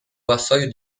vassoio